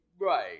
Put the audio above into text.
right